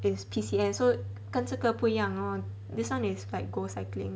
is P_C_N so 跟这个不一样 lor this [one] is go cycling